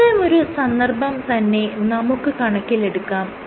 അത്തരമൊരു സന്ദർഭം തന്നെ നമുക്ക് കണക്കിലെടുക്കാം